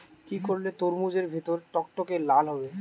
কি করলে তরমুজ এর ভেতর টকটকে লাল হবে?